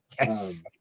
Yes